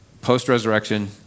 post-resurrection